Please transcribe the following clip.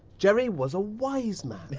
jerry was a wise man.